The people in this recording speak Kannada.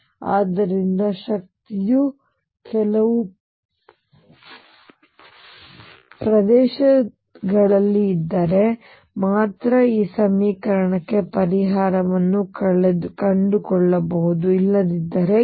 ಆದ್ದರಿಂದ ಶಕ್ತಿಯು ಕೆಲವು ಪ್ರದೇಶಗಳಲ್ಲಿ ಇದ್ದರೆ ಮಾತ್ರ ನಾನು ಈ ಸಮೀಕರಣಕ್ಕೆ ಪರಿಹಾರವನ್ನು ಕಂಡುಕೊಳ್ಳಬಹುದು ಇಲ್ಲದಿದ್ದರೆ ಇಲ್ಲ